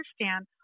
understand